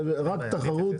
תחרות